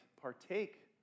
partake